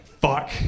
fuck